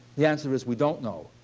the answer is we don't know.